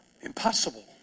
Impossible